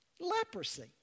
Leprosy